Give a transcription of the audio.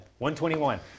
121